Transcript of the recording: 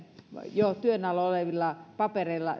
jo työn alla olevilla papereilla